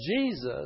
Jesus